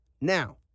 Now